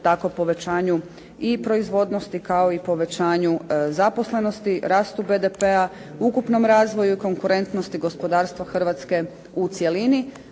tako povećanju i proizvodnosti kao i povećanju zaposlenosti, rastu BDP-a, ukupnom razvoju konkurentnosti gospodarstva Hrvatske u cjelini